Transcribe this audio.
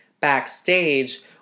Backstage